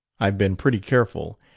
i've been pretty careful,